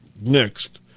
next